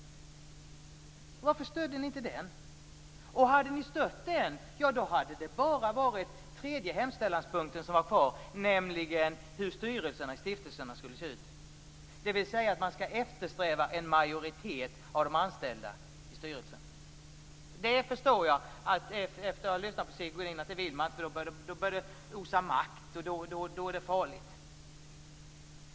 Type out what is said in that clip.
Varför stöder ni inte det? Hade ni stött detta hade det bara varit den tredje hemställanspunkten kvar, nämligen hur styrelserna i stiftelserna skulle se ut. Man skall eftersträva en majoritet av de anställda i styrelsen. Efter att ha lyssnat på Sigge Godin förstår jag att man inte vill stödja detta. Då börjar det osa makt, och då är det farligt.